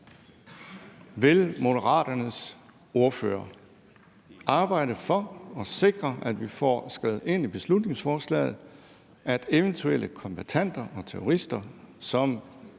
Vil Moderaternes ordfører arbejde for at sikre, at vi får skrevet ind i beslutningsforslaget, at eventuelle kombattanter og terrorister, som